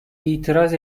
itiraz